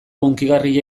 hunkigarria